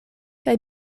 kaj